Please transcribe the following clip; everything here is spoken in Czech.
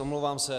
Omlouvám se.